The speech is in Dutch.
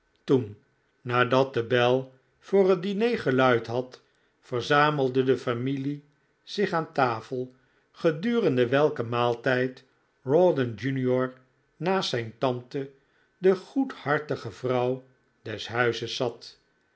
toen nadat de bel voor het diner geluid had verzamelde de familie zich aan tafel gedurende welken maaltijd rawdon jr naast zijn tante de goedhartige vrouw des huizes zat